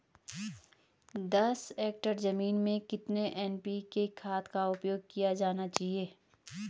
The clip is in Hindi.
दस हेक्टेयर जमीन में कितनी एन.पी.के खाद का उपयोग किया जाना चाहिए?